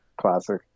Classic